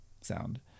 sound